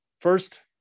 first